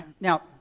Now